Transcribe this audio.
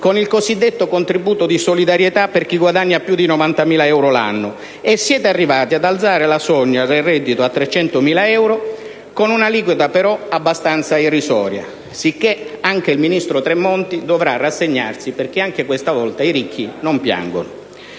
con il cosiddetto contributo di solidarietà per chi guadagna più di 90.000 euro l'anno e siete arrivati ad alzare la soglia del reddito a 300.000 euro con un'aliquota però abbastanza irrisoria. Sicché il ministro Tremonti dovrà rassegnarsi, perché anche questa volta i ricchi non piangono.